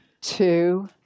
two